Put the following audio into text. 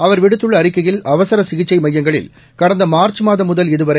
அவர் விடுத்துள்ள அறிக்கையில் அவர் சிகிச்சை மையங்களில் கடந்த மார்ச் மாதம் முதல் இதுவரை